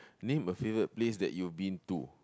name a favourite place that you've been to